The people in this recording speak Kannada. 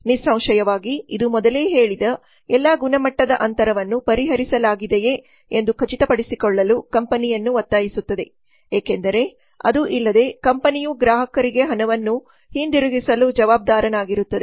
ನಿಸ್ಸಂಶಯವಾಗಿ ಇದು ಮೊದಲೇ ಹೇಳಿದ ಎಲ್ಲಾ ಗುಣಮಟ್ಟದ ಅಂತರವನ್ನು ಪರಿಹರಿಸಲಾಗಿದೆಯೆ ಎಂದು ಖಚಿತಪಡಿಸಿಕೊಳ್ಳಲು ಕಂಪನಿಯನ್ನು ಒತ್ತಾಯಿಸುತ್ತದೆ ಏಕೆಂದರೆ ಅದು ಇಲ್ಲದೆ ಕಂಪನಿಯು ಗ್ರಾಹಕರಿಗೆ ಹಣವನ್ನು ಹಿಂದಿರುಗಿಸಲು ಜವಾಬ್ದಾರನಾಗಿರುತ್ತದೆ